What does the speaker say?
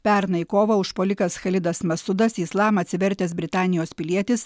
pernai kovą užpuolikas chalidas masudas į islamą atsivertęs britanijos pilietis